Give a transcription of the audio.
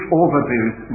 overviews